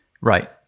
Right